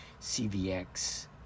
CVX